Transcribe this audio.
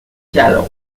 cello